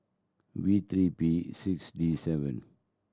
V three P six D seven